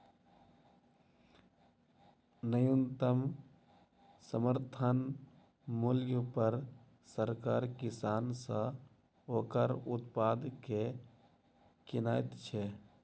न्यूनतम समर्थन मूल्य पर सरकार किसान सॅ ओकर उत्पाद के किनैत छै